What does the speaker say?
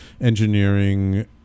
engineering